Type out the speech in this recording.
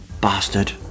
Bastard